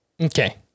Okay